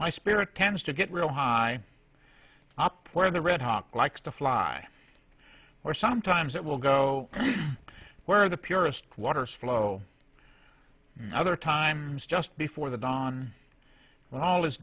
my spirit tends to get real high up where the redhawk likes to fly or sometimes it will go where the purest waters flow other times just before the dawn when all is